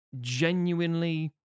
genuinely